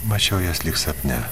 mačiau jas lyg sapne